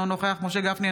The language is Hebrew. אינו נוכח משה גפני,